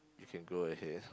you can go ahead